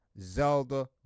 zelda